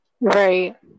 Right